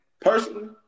Personally